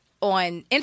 on